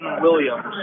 Williams